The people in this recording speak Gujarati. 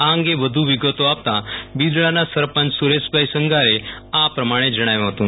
આ અંગુ વધુ વિગતો આપતા બિદડાના સરપંચ સુરેશભાઈ સંઘારે આ પ્રમાણે જણાવ્યું હતું